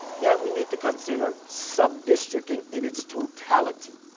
then we need to consider sub districting in its totality.